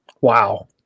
wow